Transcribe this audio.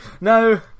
No